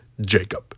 jacob